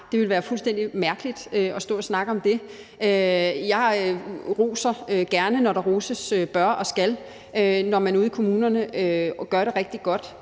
det ville være fuldstændig mærkeligt at stå og snakke om det. Jeg roser gerne, når der roses bør og skal, når man ude i kommunerne gør det rigtig godt.